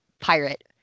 pirate